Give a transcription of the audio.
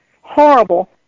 horrible